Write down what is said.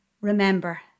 Remember